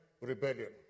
Rebellion